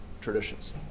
traditions